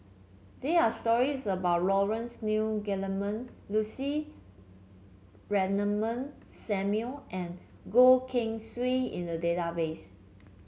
there are stories about Laurence Nunn Guillemard Lucy Ratnammah Samuel and Goh Keng Swee in the database